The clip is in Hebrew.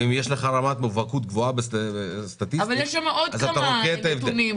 ואם יש לך רמת מובהקות סטטיסטית גבוהה --- אבל יש שם עוד כמה נתונים.